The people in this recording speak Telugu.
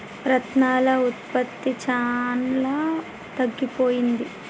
రత్నాల ఉత్పత్తి చాలా తగ్గిపోయింది